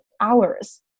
hours